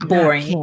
Boring